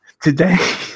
Today